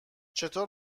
چطور